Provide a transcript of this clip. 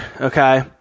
okay